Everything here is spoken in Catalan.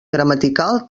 gramatical